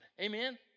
Amen